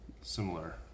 similar